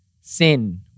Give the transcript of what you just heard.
sin